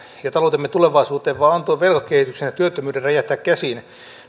ja taloutemme tulevaisuuteen vaan antoi velkakehityksen ja työttömyyden räjähtää käsiin